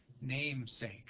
namesake